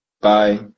bye